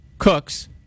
Cooks